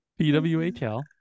PWHL